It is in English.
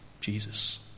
Jesus